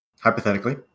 Hypothetically